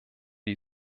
die